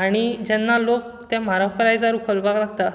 आनी जेन्ना लोक त्या म्हारग प्रायजार उखलपाक लागता